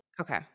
okay